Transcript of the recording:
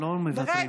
לא מוותרים.